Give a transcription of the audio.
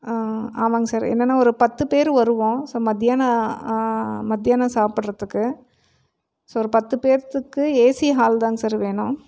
ஆமாங்க சார் என்னென்னா ஒரு பத்து பேர் வருவோம் ஸோ மதியானம் மத்தியானம் சாப்பிடுறத்துக்கு ஸோ ஒரு பத்து பேர்த்துக்கு ஏசி ஹால்தாங்க சார் வேணும்